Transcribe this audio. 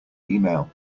email